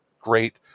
great